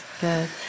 good